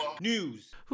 news